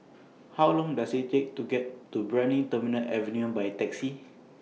How Long Does IT Take to get to Brani Terminal Avenue By Taxi